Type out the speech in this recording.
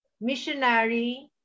missionary